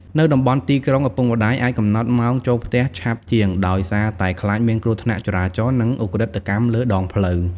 នៅតំបន់ទីក្រុង ឪពុកម្តាយអាចកំណត់ម៉ោងចូលផ្ទះឆាប់ជាង ដោយសារតែខ្លាចមានគ្រោះថ្នាក់ចរាចរណ៍ និងឧក្រិដ្ឋកម្មលើដងផ្លូវ។